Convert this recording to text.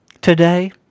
Today